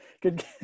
good